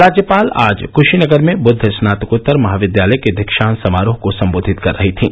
राज्यपाल आज कशीनगर में बुद्ध स्नातकोत्तर महाविद्यालय के दीक्षांत समारोह को सम्बोधित कर रही थीं